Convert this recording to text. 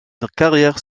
carrière